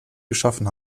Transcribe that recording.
geschaffen